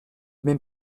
même